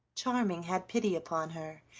charming had pity upon her,